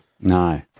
No